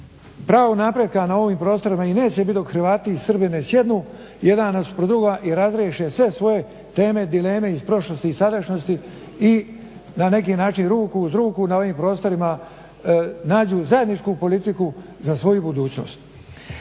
pravo napretka na ovim prostorima i neće biti dok Hrvati i Srbi ne sjednu jedan nasuprot drugoga i razriješe sve svoje teme, dileme iz prošlosti i sadašnjosti i na neki način ruku uz ruku na ovim prostorima nađu zajedničku politiku za svoju budućnost.